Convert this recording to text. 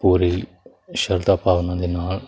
ਪੂਰੀ ਸ਼ਰਧਾ ਭਾਵਨਾ ਦੇ ਨਾਲ